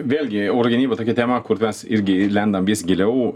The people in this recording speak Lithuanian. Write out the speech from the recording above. vėlgi oro gynyba tokia tema kur mes irgi lendam vis giliau